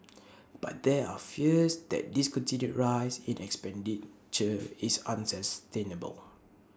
but there are fears that this continued rise in is unsustainable